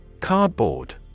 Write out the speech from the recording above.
Cardboard